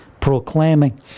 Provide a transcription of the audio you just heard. proclaiming